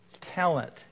talent